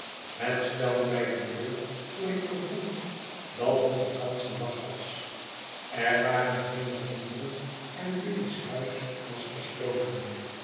het stelde mij te leur toen ik bevond dat het vacantiedag was er waren geene kinderen en biddy's huis was gesloten